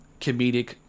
comedic